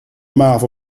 mouth